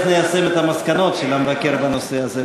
היא איך ניישם את המסקנות של המבקר בנושא הזה,